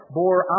bore